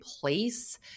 place